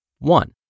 One